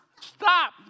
Stop